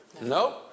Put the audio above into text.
Nope